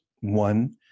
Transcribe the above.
One